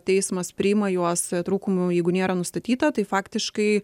teismas priima juos trūkumų jeigu nėra nustatyta tai faktiškai